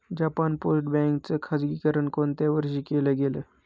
Japan post bank च खाजगीकरण कोणत्या वर्षी केलं गेलं?